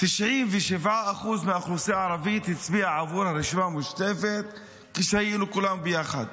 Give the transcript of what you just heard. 97% מהאוכלוסייה הערבית הצביעו בעבור הרשימה המשותפת כשהיינו כולנו יחד.